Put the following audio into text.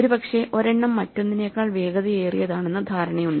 ഒരുപക്ഷേ ഒരെണ്ണം മറ്റൊന്നിനേക്കാൾ വേഗതയേറിയതാണെന്ന ധാരണയുണ്ട്